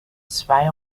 zwei